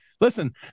listen